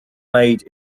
made